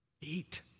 eat